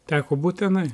teko būt tenai